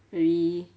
very